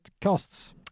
costs